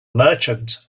merchant